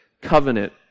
covenant